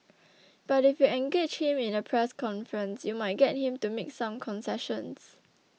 but if you engage him in a press conference you might get him to make some concessions